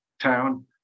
town